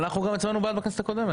אנחנו הצבענו בעד גם בכנסת הקודמת.